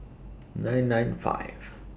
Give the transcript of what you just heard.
nine nine five